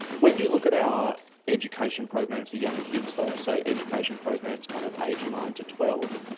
when you look at our education programs for young kids though, so education programs kind of aged nine to twelve,